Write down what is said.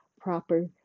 proper